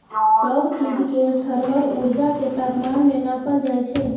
सब चीज केर थर्मल उर्जा केँ तापमान मे नाँपल जाइ छै